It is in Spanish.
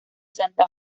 santa